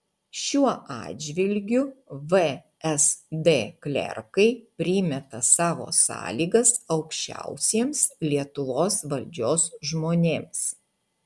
šiuo atžvilgiu vsd klerkai primeta savo sąlygas aukščiausiems lietuvos valdžios žmonėms